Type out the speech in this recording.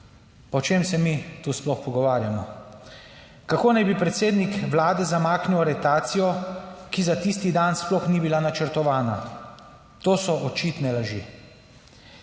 o čem se mi tu sploh pogovarjamo? Kako naj bi predsednik Vlade zamaknil aretacijo, ki za tisti dan sploh ni bila načrtovana. To so očitne laži.